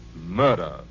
Murder